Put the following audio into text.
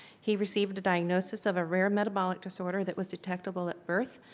he received a diagnosis of a rare metabolic disorder that was detectable at birth,